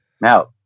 Now